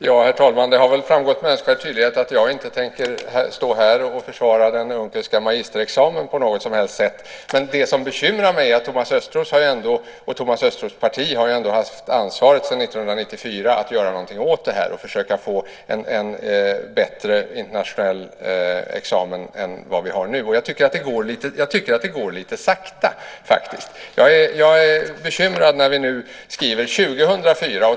Herr talman! Det har väl framgått med önskvärd tydlighet att jag inte tänker stå här och försvara den Unckelska magisterexamen på något som helst sätt. Men det som bekymrar mig är att Thomas Östros och hans parti ändå sedan 1994 har haft ansvaret för att göra något åt det här och försöka få en bättre internationell examen än vi har nu. Jag tycker faktiskt att det går lite sakta. Jag är bekymrad när vi nu skriver 2004.